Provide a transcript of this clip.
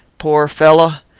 poor fellow!